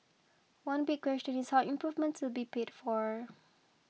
one big question is how improvements will be paid for